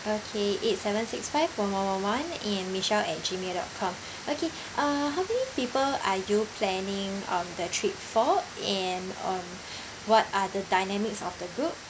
okay eight seven six five one one one one and michelle at g`mail dot com okay uh how many people are you planning um the trip for and um what are the dynamics of the group